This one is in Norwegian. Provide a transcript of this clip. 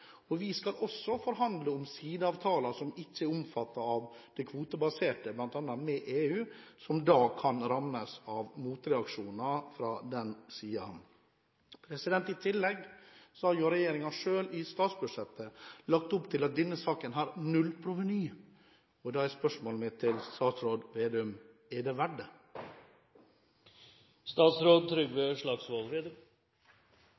Vi skal også forhandle om sideavtaler som ikke er omfattet av det kvotebaserte, bl.a. med EU, som da kan rammes av motreaksjoner fra den siden. I tillegg har regjeringen selv i statsbudsjettet lagt opp til at denne saken har nullproveny. Da er spørsmålet mitt til statsråd Slagsvold Vedum: Er det